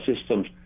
systems